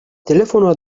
telefonoa